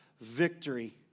victory